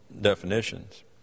definitions